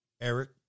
Eric